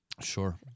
Sure